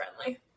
friendly